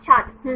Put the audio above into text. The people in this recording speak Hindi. छात्र उम